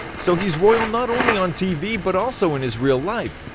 so he's royal not only on tv but also in his real life!